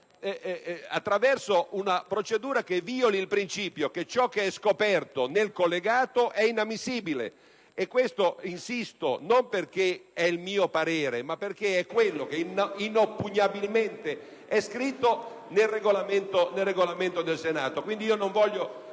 se non attraverso una procedura che violi il principio che ciò che è scoperto nel collegato è inammissibile. E questo - insisto - non perché è il mio parere, ma perché è quello che inoppugnabilmente è scritto nel Regolamento del Senato.